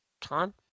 Tom